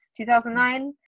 2009